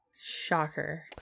Shocker